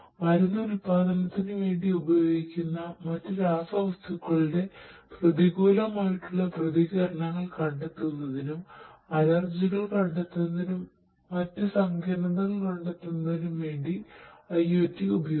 മരുന്ന് ഉല്പാദനത്തിന് വേണ്ടി ഉപയോഗിക്കുന്ന മറ്റു രാസവസതുക്കളുടെ പ്രതികൂലമായിട്ടുള്ള പ്രതികരണങ്ങൾ കണ്ടെത്തുന്നതിനും അലർജികൾ കണ്ടെത്തുന്നതിനും മറ്റ് സങ്കീർണതകൾ കണ്ടെത്തുന്നതിനും വേണ്ടി IOT ഉപയോഗിക്കാം